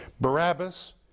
Barabbas